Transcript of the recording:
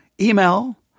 email